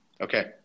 Okay